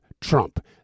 Trump